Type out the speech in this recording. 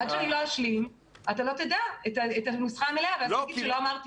עד שאני לא אשלים אתה לא תדע את הנוסחה המלאה ואז תגיד שלא אמרתי.